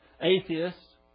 atheists